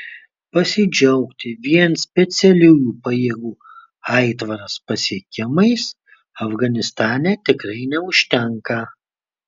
pasidžiaugti vien specialiųjų pajėgų aitvaras pasiekimais afganistane tikrai neužtenka